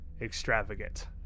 extravagant